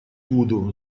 буду